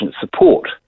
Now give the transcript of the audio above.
support